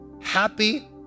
happy